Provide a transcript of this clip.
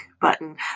button